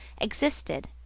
EXISTED